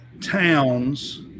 Towns